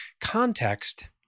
Context